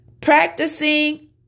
Practicing